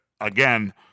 again